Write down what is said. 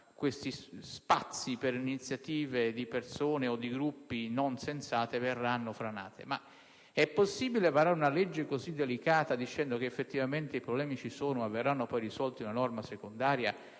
quegli spazi per iniziative di persone o di gruppi non sensate verranno frenate. Ma è possibile varare una legge così delicata dicendo che i problemi ci sono, ma verranno poi risolti da una norma secondaria